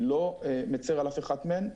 אני לא מצר על אף אחת מהן.